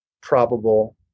probable